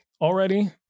already